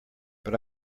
but